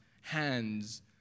hands